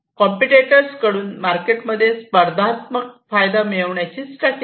competitors कडून market मध्ये स्पर्धात्मक फायदा मिळवण्याची स्ट्रॅटजी